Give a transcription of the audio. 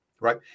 right